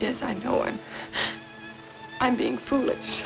this i know and i'm being foolish